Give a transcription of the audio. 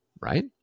right